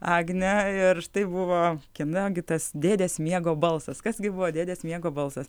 agne ir štai buvo kieno gi tas dėdės miego balsas kas gi buvo dėdės miego balsas